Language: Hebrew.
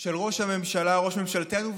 של ראש הממשלה, ראש ממשלתנו.